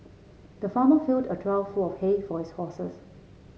the farmer filled a trough full of hay for his horses